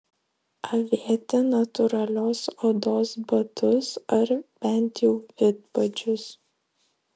avėti natūralios odos batus ar bent jau vidpadžius